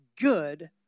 good